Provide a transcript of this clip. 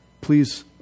Please